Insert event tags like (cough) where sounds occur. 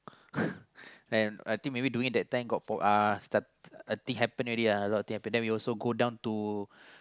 (laughs) and I think maybe during that time got boring thing happen already ah a lot of thing happen then we also go down to